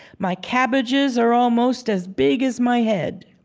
my cabbages are almost as big as my head.